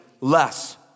less